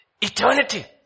eternity